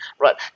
right